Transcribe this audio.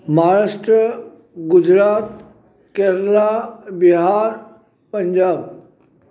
Maharashtra Gujarat Kerala Bihar Punjab